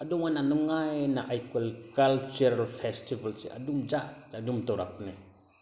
ꯑꯗꯨꯃꯥꯏꯅ ꯅꯨꯡꯉꯥꯏꯅ ꯑꯩꯈꯣꯏ ꯀꯜꯆꯔꯦꯜ ꯐꯦꯖꯇꯤꯕꯦꯜꯁꯦ ꯑꯗꯨꯝ ꯑꯗꯨꯝ ꯇꯧꯔꯛꯄꯅꯦ